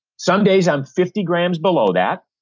some days i'm fifty grams below that.